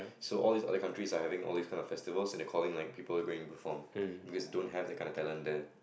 so all these other countries are having all these kind of festivals and they are calling like people going perform because they don't have that kind of talent there